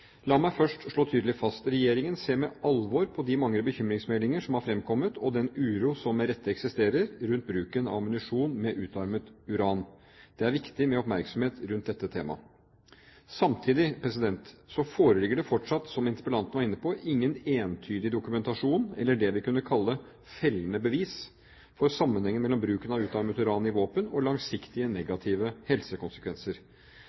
La meg først slå tydelig fast: Regjeringen ser med alvor på de mange bekymringsmeldinger som har fremkommet, og den uro som med rette eksisterer rundt bruken av ammunisjon med utarmet uran. Det er viktig med oppmerksomhet rundt dette temaet. Samtidig foreligger det fortsatt, som interpellanten var inne på, ingen entydig dokumentasjon, eller det vi kunne kalle fellende bevis, for sammenhengen mellom bruk av utarmet uran i våpen og langsiktige,